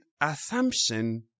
assumption